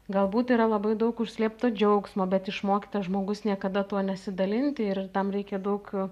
galbūt yra labai daug užslėpto džiaugsmo bet išmokytas žmogus niekada tuo nesidalinti ir tam reikia daug